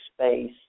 space